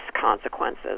consequences